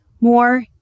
more